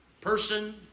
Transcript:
person